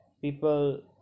people